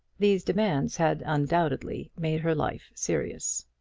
these demands had undoubtedly made her life serious.